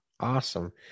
Awesome